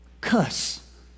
cuss